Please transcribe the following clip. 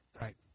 Right